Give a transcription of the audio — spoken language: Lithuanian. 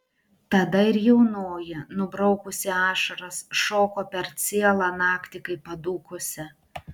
tada ir jaunoji nubraukusi ašaras šoko per cielą naktį kaip padūkusi